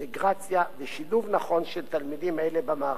לאינטגרציה ולשילוב נכון של תלמידים אלה במערכת,